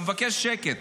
אני מבקש שקט.